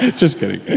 just kidding,